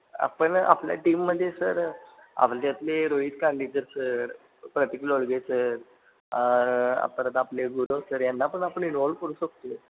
आपण आपल्या टीममध्ये सर आपल्यातले रोहित कांदेकर सर प्रतिक लोर्गे सर आणि परत आपले गुरव सर यांना पण आपण इन्वॉल्व करू शकतो